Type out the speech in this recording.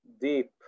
deep